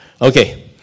Okay